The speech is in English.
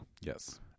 Yes